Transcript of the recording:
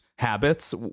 habits